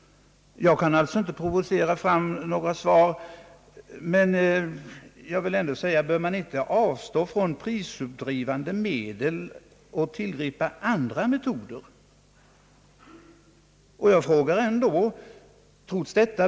Jag kan alltså inte provocera fram några svar. Men jag vill ändå fråga: Bör man inte avstå från prisuppdrivande medel och i stället tillgripa andra metoder?